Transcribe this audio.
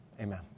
Amen